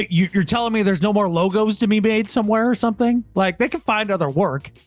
you're telling me there's no more logos to me made somewhere or something like they could find other work.